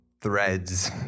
threads